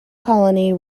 colony